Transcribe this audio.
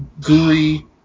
Guri